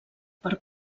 per